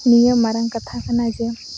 ᱱᱤᱭᱟᱹ ᱢᱟᱨᱟᱝ ᱠᱟᱛᱷᱟ ᱠᱟᱱᱟ ᱡᱮ